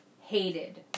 hated